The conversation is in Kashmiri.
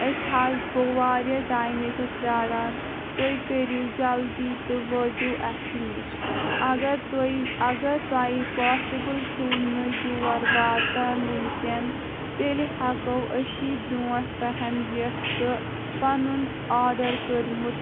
أس حظ گوٚو واریاہ ٹایم ییٚتٮ۪س پراران تُہۍ کٔرِو جلدی تہٕ وٲتِو اسہِ نِش اگر تُہۍ اگر تۄہہِ پاسبل چھُو نہٕ یور واتان ؤنکیٚن تیٚلہِ ہٮ۪کو أسی برٛونٛٹھ پہم یِتھ تہٕ پنُن آرڈر کوٚرمُت